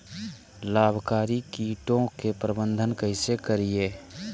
लाभकारी कीटों के प्रबंधन कैसे करीये?